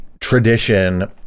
tradition